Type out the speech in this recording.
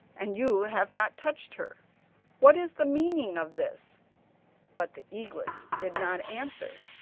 and you have not touched her what is the meaning of this but the eaglets did not answer,